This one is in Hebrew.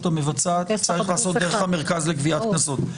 המבצעת צריך לעשות דרך המרכז לגביית קנסות.